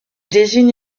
désigne